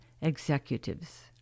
executives